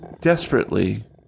Desperately